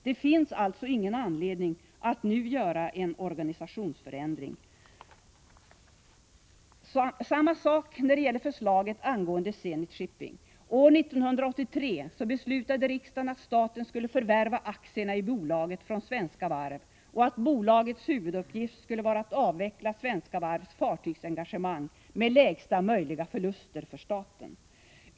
Det finns alltså ingen anledning att nu företa en organisationsförändring. Samma sak när det gäller förslaget angående Zenit Shipping. År 1983 beslutade riksdagen att staten skulle förvärva aktierna i bolaget från Svenska Varv och att bolagets huvuduppgift skulle vara att avveckla Svenska Varvs fartygsengagemang med minsta möjliga förluster för staten.